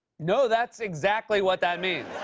no, that's exactly what that means.